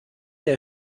der